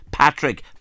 Patrick